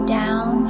down